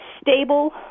stable